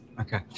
Okay